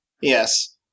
Yes